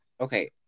okay